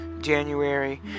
January